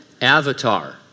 avatar